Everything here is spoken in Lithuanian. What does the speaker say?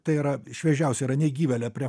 tai yra šviežiausia yra negyvėlė prie